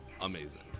Amazing